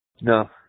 No